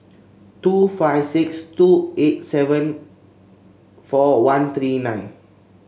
two five six two eight seven four one three nine